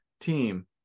team